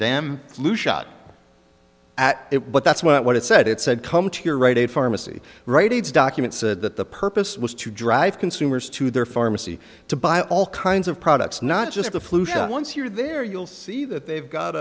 damn flu shot at it but that's what it said it said come to write a pharmacy write a document said that the purpose was to drive consumers to their pharmacy to buy all kinds of products not just the flu shot once you're there you'll see that they've got